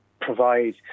provide